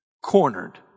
Cornered